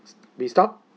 we stop